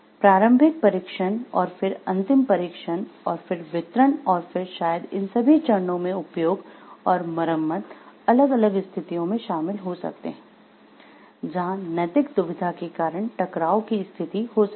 प्रारंभिक परीक्षण और फिर अंतिम परीक्षण और फिर वितरण और फिर शायद इन सभी चरणों में उपयोग और मरम्मत अलग अलग स्थितियों में शामिल हो सकते हैं जहां नैतिक दुविधा के कारण टकराव कि स्थिति हो सकती है